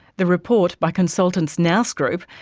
the report, by consultants nous group,